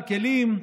על כלים.